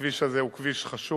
הכביש הזה הוא כביש חשוב,